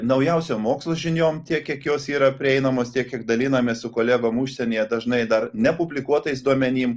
naujausiom mokslo žiniom tiek kiek jos yra prieinamos tiek kiek dalinamės su kolegom užsienyje dažnai dar nepublikuotais duomenim